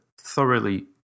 thoroughly